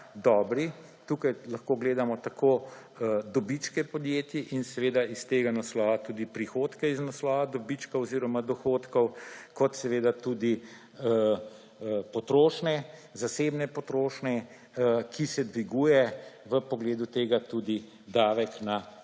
dobri. Tukaj lahko gledamo tako dobičke podjetij in iz tega naslova tudi prihodke iz naslova dobička oziroma dohodkov, kot seveda tudi potrošnje, zasebne potrošnje, ki se dviguje, v pogledu tega tudi davek na dodano